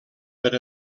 per